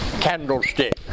candlestick